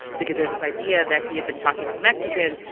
because there's this idea that he had been talking about mexicans,